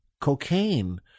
cocaine